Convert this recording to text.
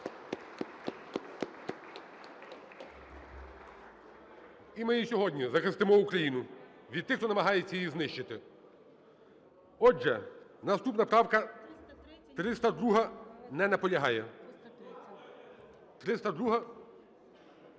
І ми і сьогодні захистимо Україну від тих, хто намагається її знищити! Отже, наступна правка - 302. Не наполягає.